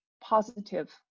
positive